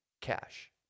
cash